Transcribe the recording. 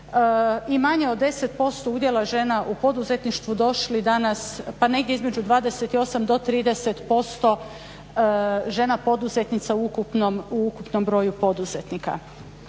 i manje od 10% udjela žena u poduzetništvu došli danas pa negdje između 28 do 30% žena poduzetnica u ukupnom broju poduzetnika.